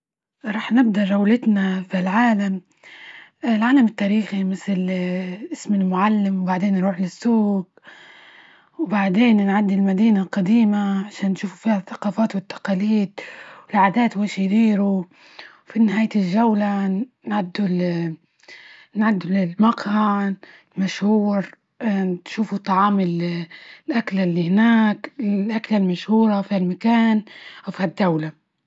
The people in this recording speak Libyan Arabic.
راح نبدأ جولتنا في العالم. العالم التاريخي، مثل اسم المعلم، وبعدين نروح للسوج، وبعدين نعدي المدينة القديمة عشان نشوفوا فيها الثقافات والتقاليد والعادات وش يديروا، في نهاية الجولة نعدوا ال نعدوا للمقعد المشهور نشوفوا الطعام، الأكل ال هناك، الأكلة المشهورة فى المكان، وف هالدولة.